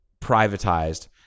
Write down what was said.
privatized